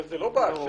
אבל זה לא 'באשר'.